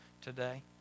today